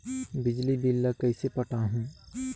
बिजली बिल ल कइसे पटाहूं?